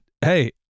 Hey